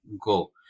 go